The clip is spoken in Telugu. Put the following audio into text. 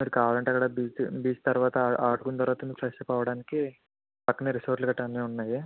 మీరు కావాలంటే అక్కడ బీచ్ బీచ్ తర్వాత ఆడుకున్న తర్వాత ఫ్రెష్అప్ అవ్వడానికి పక్కనే రిసార్ట్లు గట్ర అన్ని ఉన్నాయి